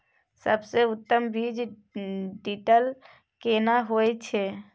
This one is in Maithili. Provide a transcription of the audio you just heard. सबसे उत्तम बीज ड्रिल केना होए छै?